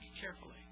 carefully